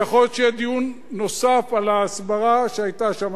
ויכול להיות שיהיה דיון נוסף על ההסברה שהיתה שם.